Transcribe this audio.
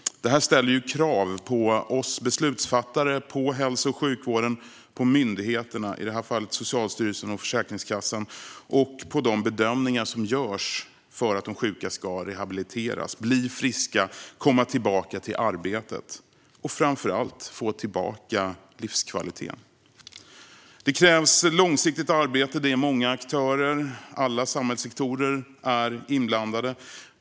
Detta ställer krav på oss beslutsfattare, på hälso och sjukvården, på myndigheterna - i detta fall Socialstyrelsen och Försäkringskassan - och på de bedömningar som görs för att de sjuka ska rehabiliteras, bli friska, komma tillbaka till arbetet och framför allt få tillbaka livskvaliteten. Det krävs långsiktigt arbete. Många aktörer och alla samhällssektorer är inblandade.